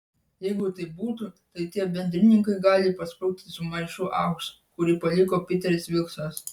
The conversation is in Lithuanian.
jeigu taip būtų tai tie bendrininkai gali pasprukti su maišu aukso kurį paliko piteris vilksas